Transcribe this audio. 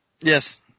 Yes